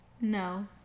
No